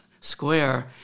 Square